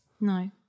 no